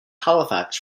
halifax